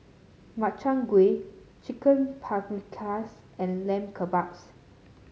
Makchang Gui Chicken Paprikas and Lamb Kebabs